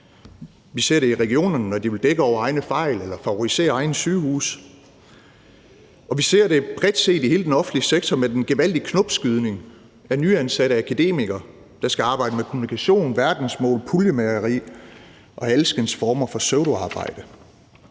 Vi ser det i regionerne, når de vil dække over egne fejl, eller når de favoriserer egne sygehuse. Og vi ser det bredt i hele den offentlige sektor med den gevaldige knopskydning af nyansatte akademikere, der skal arbejde med kommunikation, verdensmål, puljemageri og alskens former for pseudoarbejde.